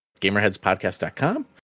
GamerHeadsPodcast.com